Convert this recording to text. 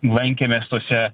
lankėmės tuose